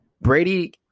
Brady